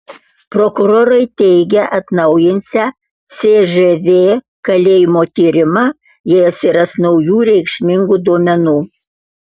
prokurorai teigia atnaujinsią cžv kalėjimo tyrimą jei atsiras naujų reikšmingų duomenų